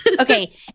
okay